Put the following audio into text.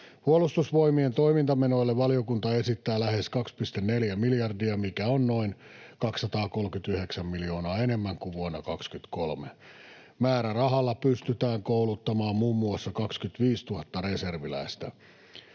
Puolustusvoimien toimintamenoille valiokunta esittää lähes 2,4 miljardia, mikä on noin 239 miljoonaa enemmän kuin vuonna 23. Määrärahalla pystytään kouluttamaan muun muassa 25 000 reserviläistä.